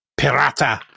pirata